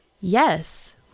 Yes